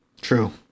True